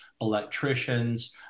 electricians